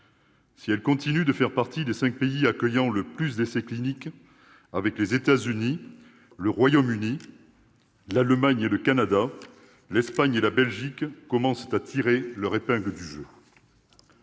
pays continue de faire partie des cinq pays accueillant le plus d'essais cliniques avec les États-Unis, le Royaume-Uni, l'Allemagne et le Canada, l'Espagne et la Belgique commencent à tirer leur épingle du jeu.